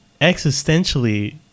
existentially